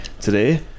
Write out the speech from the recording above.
today